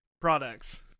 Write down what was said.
products